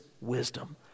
wisdom